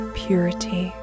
purity